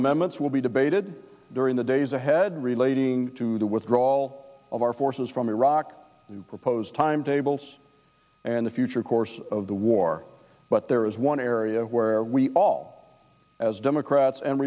amendments will be debated during the days ahead relating to the withdrawal of our forces from iraq proposed timetables and the future course of the war but there is one area where we all as democrats and